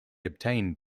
obtained